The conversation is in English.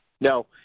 No